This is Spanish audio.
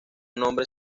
nombre